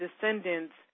descendants